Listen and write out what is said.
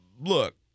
look